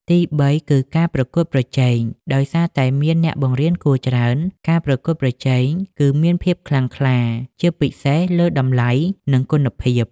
ទីបី គឺការប្រកួតប្រជែង ដោយសារតែមានអ្នកបង្រៀនគួរច្រើន ការប្រកួតប្រជែងគឺមានភាពខ្លាំងក្លា ជាពិសេសលើតម្លៃ និងគុណភាព។